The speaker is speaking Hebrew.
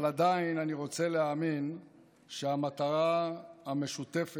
אבל עדיין אני רוצה להאמין שהמטרה המשותפת